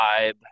vibe